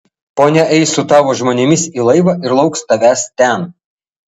ponia eis su tavo žmonėmis į laivą ir lauks tavęs ten